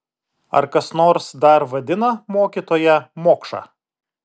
ar kas nors dar vadina mokytoją mokša